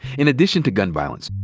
in addition to gun violence,